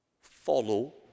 follow